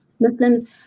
Muslims